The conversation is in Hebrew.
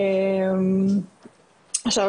עכשיו,